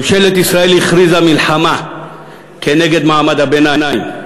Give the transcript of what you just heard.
ממשלת ישראל הכריזה מלחמה כנגד מעמד הביניים,